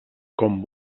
com